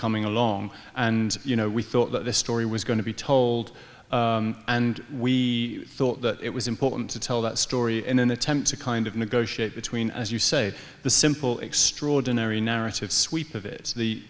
coming along and you know we thought that the story was going to be told and we thought that it was important to tell that story in an attempt to kind of negotiate between as you say the simple extraordinary narrative sweep of it the